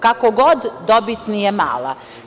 Kako god, dobit nije mala.